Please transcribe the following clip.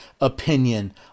opinion